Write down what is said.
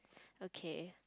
okay